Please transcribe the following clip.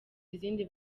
izindi